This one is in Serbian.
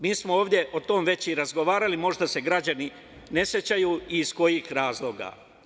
Mi smo ovde o tome već i razgovarali, možda se građani ne sećaju iz kojih razloga.